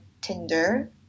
Tinder